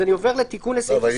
אני מבין שיש